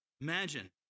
Imagine